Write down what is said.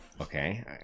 Okay